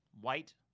White